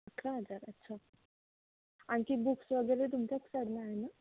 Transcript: अठरा हजार अच्छा आणखी बुक्स वगैरे तुमच्याचकडनं आहे नं